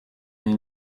mais